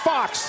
Fox